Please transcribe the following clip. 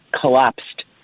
collapsed